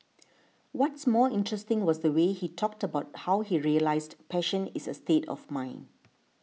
what's more interesting was the way he talked about how he realised passion is a state of mind